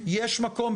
יש מקום,